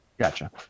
Gotcha